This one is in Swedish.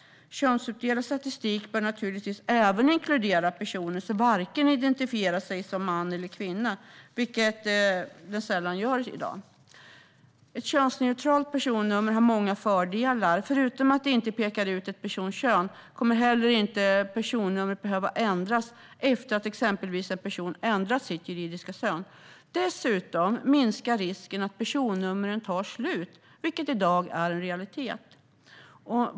Könsuppdelad statistik bör naturligtvis även inkludera personer som varken identifierar sig som man eller kvinna, vilket sällan sker i dag. Ett könsneutralt personnummer har många fördelar. Förutom att det inte pekar ut en persons kön kommer personnumret inte heller att behöva ändras exempelvis efter att en person ändrat sitt juridiska kön. Dessutom minskar risken att personnumren tar slut, vilket i dag är en reell risk.